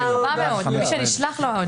מהארבע מאות --- ממי שנשלח.